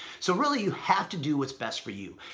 so really, you have to do what's best for you.